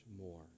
more